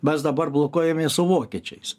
mes dabar blokuojami su vokiečiais